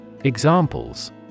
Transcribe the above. Examples